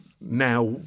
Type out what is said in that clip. now